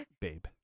babe